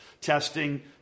testing